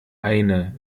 eine